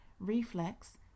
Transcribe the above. Reflex